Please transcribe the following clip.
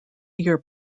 your